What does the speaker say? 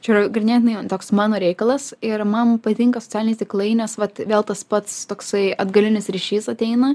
čia yra ganėtinai toks mano reikalas ir man patinka socialiniai tinklai nes vat vėl tas pats toksai atgalinis ryšys ateina